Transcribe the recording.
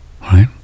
right